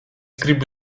gribu